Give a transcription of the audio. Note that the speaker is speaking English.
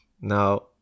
Now